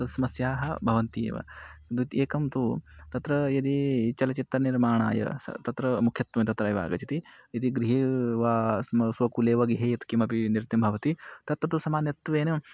तस्समस्याः भवन्ति एव नृत्येकं तु तत्र यदि चलचित्रनिर्माणाय स तत्र मुख्यत्वे तत्रैव आगच्छति इति गृहे वा स्म स्वकुलेव गृहे यत् किमपि नृत्यं भवति तत् तु सामान्यत्वेन